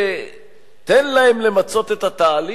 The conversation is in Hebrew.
תן להם למצות את התהליך.